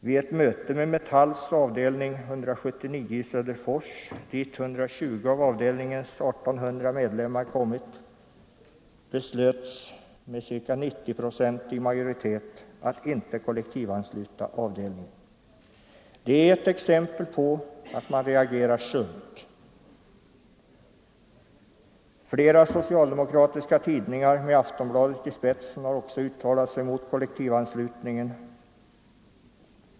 Vid ett möte med Metalls avdelning 179 i Söderfors dit 120 av avdelningens 1800 medlemmar kommit beslöts med ca 90 procentig majoritet att inte kollektivansluta avdelningen. Det är ett exempel på att man reagerar sunt. Flera socialdemokratiska tidningar med Aftonbladet i spetsen har också uttalat sig mot kollektivanslutningen.